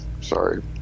sorry